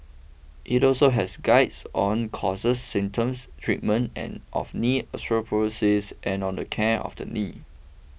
it also has guides on causes symptoms treatment and of knee osteoarthritis and on the care of the knee